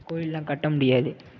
கோயிலெலாம் கட்ட முடியாது